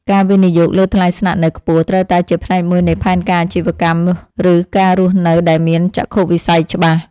ការវិនិយោគលើថ្លៃស្នាក់នៅខ្ពស់ត្រូវតែជាផ្នែកមួយនៃផែនការអាជីវកម្មឬការរស់នៅដែលមានចក្ខុវិស័យច្បាស់។